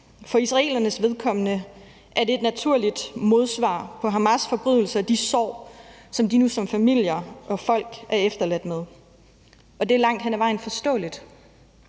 For israelernes vedkommende er det et naturligt modsvar på Hamas' forbrydelser og de sår, som de nu som familier og folk er efterladt med. Det er langt hen ad vejen forståeligt,